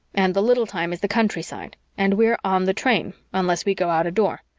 and the little time is the countryside and we're on the train, unless we go out a door,